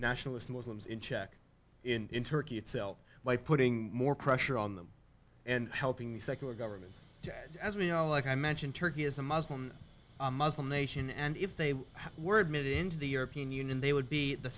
nationalist muslims in check in turkey itself by putting more pressure on them and helping the secular government as we know like i mentioned turkey is a muslim a muslim nation and if they were admitted into the european union they would be the